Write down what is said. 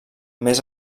més